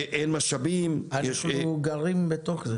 משאבים, יש --- אנחנו גרים בתוך זה.